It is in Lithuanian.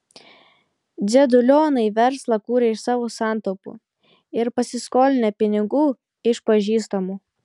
dzedulioniai verslą kūrė iš savo santaupų ir pasiskolinę pinigų iš pažįstamų